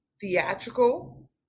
theatrical